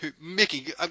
Mickey